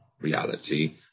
reality